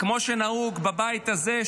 כמו שנהוג בבית הזה,